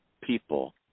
people